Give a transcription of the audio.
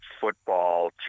football